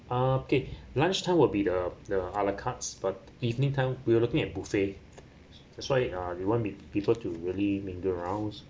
ah okay lunchtime will be the the a la carte but evening time we are looking at buffet that's why uh we want peo~ people to really mingle around